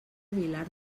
vilar